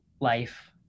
life